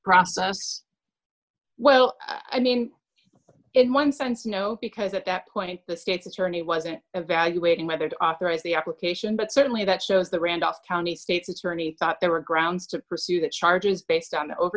process well i mean in one sense no because at that point the state's attorney wasn't evaluating whether to authorize the application but certainly that shows the randolph county state's attorney that there were grounds to pursue the charges based on that over